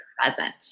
present